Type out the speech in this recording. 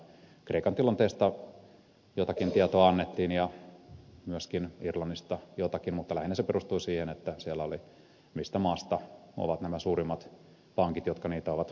kreikan tilanteesta jotakin tietoa annettiin ja myöskin irlannista jotakin mutta lähinnä se perustui siihen että siellä oli mistä maasta ovat suurimmat pankit jotka niitä ovat lainoittaneet